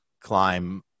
climb